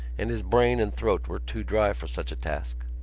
and his brain and throat were too dry for such a task.